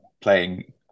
playing